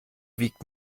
wiegt